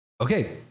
Okay